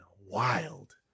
wild